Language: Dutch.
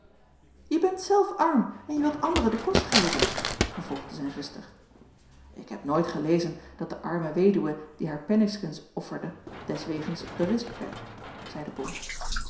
je bent zelf arm en je wilt anderen de kost geven vervolgde zijn zuster ik heb nooit gelezen dat de arme weduwe die haar penningsken offerde deswegens berispt werd zeide bol